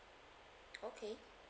okay